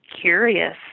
curious